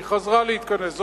היא חזרה להתכנס,